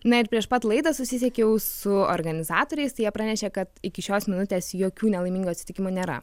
na ir prieš pat laidą susisiekiau su organizatoriais tai jie pranešė kad iki šios minutės jokių nelaimingų atsitikimų nėra